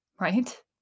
right